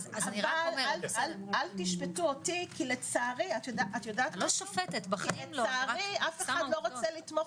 אל תשפטו אותי כי לצערי אף אחד לא רוצה לתמוך